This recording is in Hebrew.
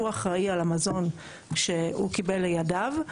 הוא אחראי על המזון שהוא קיבל לידיו.